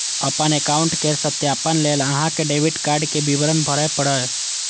अपन एकाउंट केर सत्यापन लेल अहां कें डेबिट कार्ड के विवरण भरय पड़त